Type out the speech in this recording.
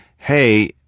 hey